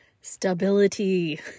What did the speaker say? stability